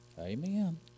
Amen